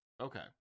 Okay